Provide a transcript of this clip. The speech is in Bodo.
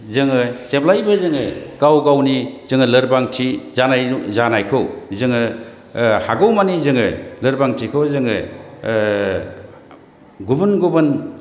जोङो जेब्लायबो जोङो गाव गावनि जोङो लोरबांथि जानायखौ जोङो हागौमानि जोङो लोरबांथिखौ जोङो गुबुन गुबुन